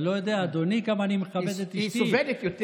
היא סובלת יותר.